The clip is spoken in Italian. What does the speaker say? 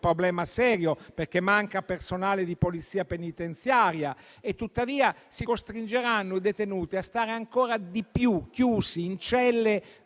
problema serio perché manca personale di Polizia penitenziaria, tuttavia si costringeranno i detenuti a stare ancora di più chiusi in celle